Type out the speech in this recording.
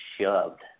shoved